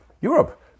europe